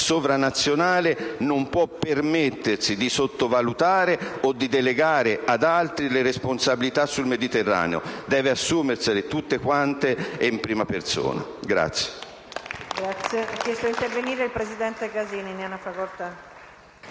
sovranazionale, non può permettersi di sottovalutare o di delegare ad altri le responsabilità sul Mediterraneo. Deve assumersele tutte quante e in prima persona.